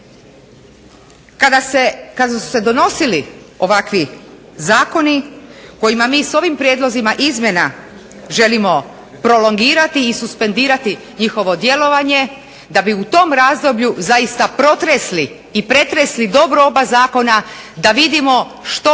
Kada su se donosili ovakvi Zakona kojima mi s ovim prijedlozima izmjena želimo prolongirati i suspendirati njihovo djelovanje da bi u tom razdoblju zaista protresli i pretresli oba zakona da vidimo što